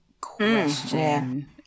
question